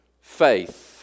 Faith